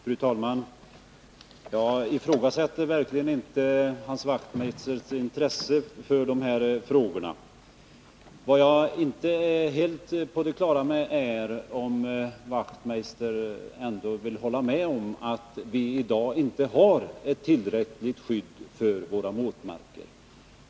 Fru talman! Jag ifrågasätter verkligen inte Hans Wachtmeisters intresse för de här frågorna. Vad jag inte är helt på det klara med är om Hans Wachtmeister vill hålla med om att vi i dag inte har ett tillräckligt skydd för våra våtmarker.